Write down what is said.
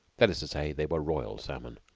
that is to say, they were royal salmon,